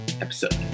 episode